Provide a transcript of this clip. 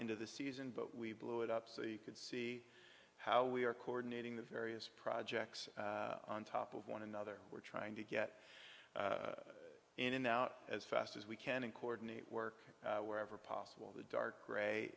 into the season but we blew it up so you could see how we are coordinating the various projects on top of one another we're trying to get in and out as fast as we can and cordon it work wherever possible the dark gr